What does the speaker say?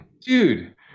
dude